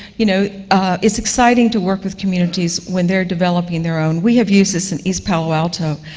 you know it's exciting to work with communities when they're developing their own. we have used this in east palo alto,